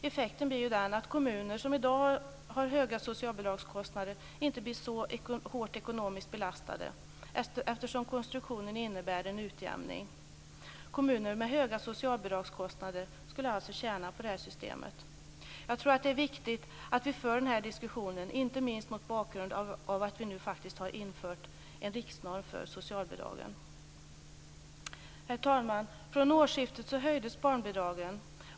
Effekten blir att kommuner som i dag har höga socialbidragskostnader inte blir så hårt ekonomiskt belastade, eftersom konstruktionen innebär en utjämning. Kommuner med höga socialbidragskostnader skulle alltså tjäna på det här systemet. Jag tror att det är viktigt att vi för den här diskussionen, inte minst mot bakgrund av att vi faktiskt har infört en riksnorm för socialbidragen. Herr talman! Från årsskiftet höjdes barnbidragen.